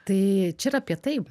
tai čia yra apie tai